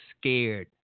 scared